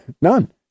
None